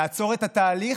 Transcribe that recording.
לעצור את התהליך,